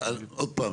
עוד פעם,